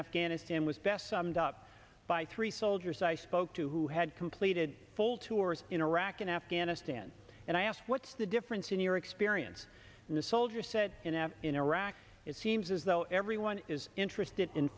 afghanistan was best summed up by three soldiers i spoke to who had completed full tours in iraq and afghanistan and i asked what's the difference in your experience in a soldier set in and in iraq it seems as though everyone is interested in